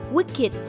Wicked